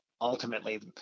Ultimately